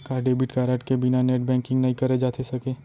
का debit card के बिना नेट बैंकिंग नई करे जाथे सके?